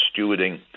stewarding